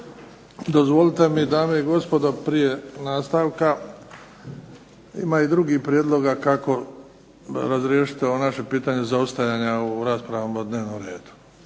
Dozvolite mi, dame i gospodo, prije nastavka ima i drugih prijedloga kako razriješiti ovo naše pitanje zaostajanja u raspravama o dnevnom redu.